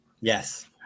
Yes